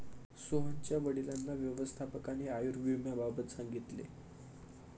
सोहनच्या वडिलांना व्यवस्थापकाने आयुर्विम्याबाबत सांगितले